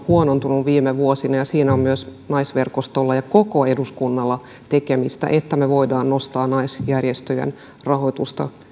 huonontunut viime vuosina ja siinä on myös naisverkostolla ja koko eduskunnalla tekemistä että me voimme nostaa naisjärjestöjen rahoitusta